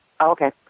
Okay